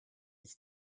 ich